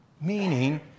Meaning